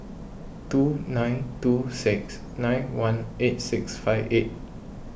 two nine two six nine one eight six five eight